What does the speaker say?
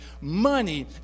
money